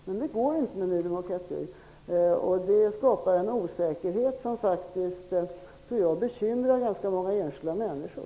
Men det går inte när det gäller Ny demokrati, vilket skapar en osäkerhet som jag tror bekymrar ganska många enskilda människor.